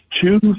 Choose